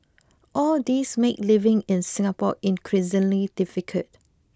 all these made living in Singapore increasingly difficult